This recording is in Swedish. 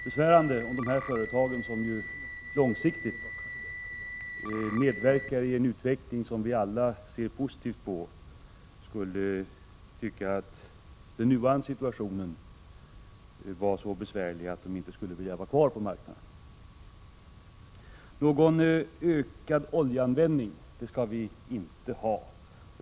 Det vore olyckligt om de här företagen, som långsiktigt medverkar i en utveckling som vi alla ser positivt på, skulle finna den nuvarande situationen så besvärlig att de inte vill vara kvar på marknaden. Någon ökad oljeanvändning skall vi inte ha.